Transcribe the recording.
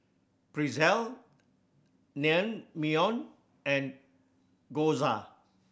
Pretzel Naengmyeon and Gyoza